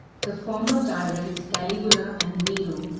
the former tyrants, caligula and nero,